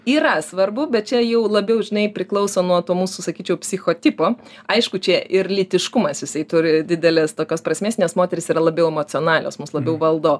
yra svarbu bet čia jau labiau žinai priklauso nuo tų mūsų sakyčiau psicho tipo aišku čia ir lytiškumas jisai turi didelės tokios prasmės nes moterys yra labiau emocionalios mus labiau valdo